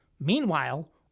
Meanwhile